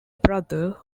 brother